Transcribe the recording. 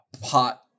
pot